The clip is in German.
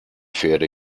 pferde